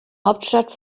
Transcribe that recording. hauptstadt